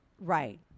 Right